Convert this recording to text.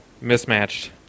mismatched